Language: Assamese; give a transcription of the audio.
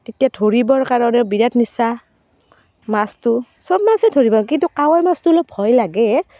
তেতিয়া ধৰিবৰ কাৰণে বিৰাট নিচা মাছটো চব মাছে ধৰিব কিন্তু কাৱৈ মাছটো অলপ ভয় লাগে